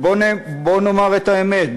בוא נאמר את האמת,